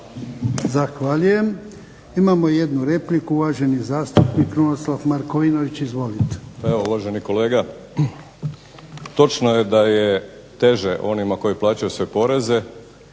Zahvaljujem. Imamo jednu repliku, uvaženi zastupnik Krunoslav Markovinović. Izvolite. **Markovinović, Krunoslav (HDZ)** Pa evo uvaženi kolega, točno je da je teže onima koji plaćaju svoje poreze,